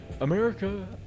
America